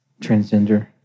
transgender